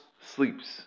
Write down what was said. sleeps